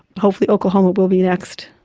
hopefully oklahoma will be next.